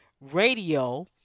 Radio